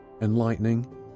enlightening